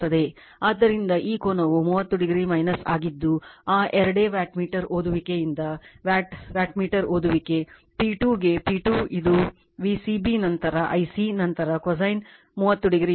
ಆದ್ದರಿಂದ ಈ ಕೋನವು 30o ಆಗಿದ್ದು ಆ ಎರಡನೇ ವ್ಯಾಟ್ಮೀಟರ್ ಓದುವಿಕೆಯಿಂದ ವ್ಯಾಟ್ ವ್ಯಾಟ್ಮೀಟರ್ ಓದುವಿಕೆ P2 ಗೆ P2 ಅದು V c b ನಂತರ Ic ನಂತರ cosine 30o